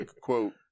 quote